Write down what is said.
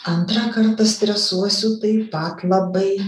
antrą kartą sustresuosiu taip pat labai